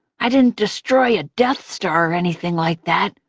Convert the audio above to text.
i didn't destroy a death star or anything like that,